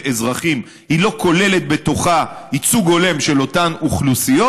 אזרחים לא כוללת בתוכה ייצוג הולם של אותן אוכלוסיות,